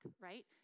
right